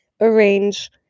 arrange